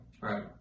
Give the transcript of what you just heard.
Right